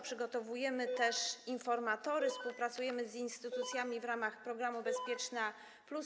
Przygotowujemy też informatory, współpracujemy z instytucjami w ramach programu „Bezpieczna+”